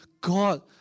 God